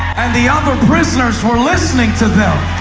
and the other prisoners were listening to them.